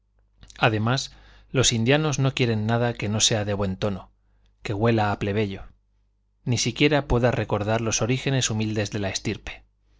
además los indianos no quieren nada que no sea de buen tono que huela a plebeyo ni siquiera pueda recordar los orígenes humildes de la estirpe